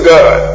God